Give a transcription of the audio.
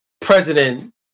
President